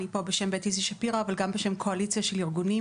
אני פה בשם איזי שפירא אבל גם בשם קואליציה של ארגונים